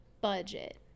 budget